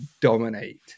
dominate